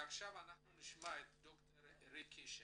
עכשיו אנחנו נשמע את ד"ר ריקי שי.